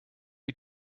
you